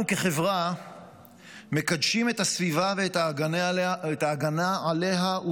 אנחנו כחברה מקדשים את הסביבה ואת ההגנה עליה,